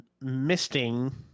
misting